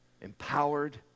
empowered